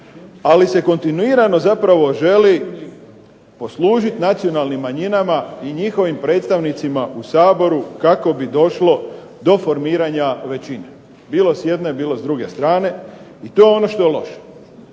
ali se kontinuirano zapravo želi poslužiti nacionalnim manjinama i njihovim predstavnicima u Saboru kako bi došlo do formiranja većine. Bilo s jedne, bilo s druge strane. I to je ono što je loše.